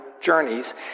journeys